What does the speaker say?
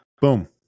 Boom